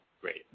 great